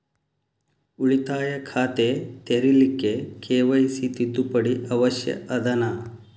ಉಳಿತಾಯ ಖಾತೆ ತೆರಿಲಿಕ್ಕೆ ಕೆ.ವೈ.ಸಿ ತಿದ್ದುಪಡಿ ಅವಶ್ಯ ಅದನಾ?